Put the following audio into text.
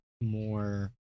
more